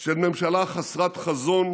של ממשלה חסרת חזון,